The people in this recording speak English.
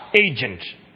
agent